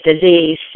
disease